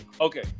Okay